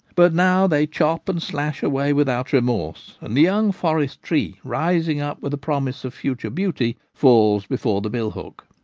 but now they chop and slash away without remorse, and the young forest-tree rising up with a promise of future beauty falls before the billhook.